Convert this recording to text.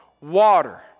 water